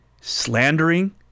Slandering